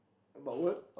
about work